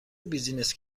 بیزینس